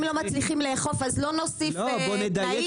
אם לא מצליחים לאכוף אז לא נוסיף תאים,